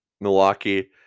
Milwaukee